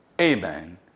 Amen